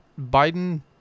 Biden